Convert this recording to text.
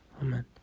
Amen